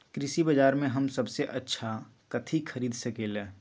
कृषि बाजर में हम सबसे अच्छा कथि खरीद सकींले?